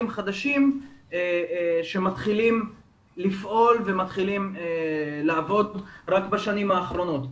חדשים שמתחילים לפעול ולעבוד רק בשנים האחרונות.